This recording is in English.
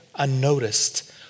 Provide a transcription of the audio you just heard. unnoticed